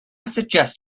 suggest